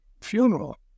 funeral